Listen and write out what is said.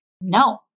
No